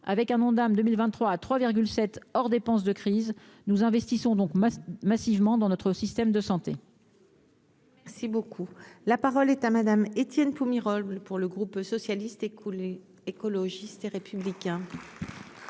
avec un Ondam 2023 à 3 sets hors dépenses de crise, nous investissons donc massivement dans notre système de santé. Si beaucoup la parole est à Madame Étienne Pumerole pour le groupe socialiste, écologiste et républicain.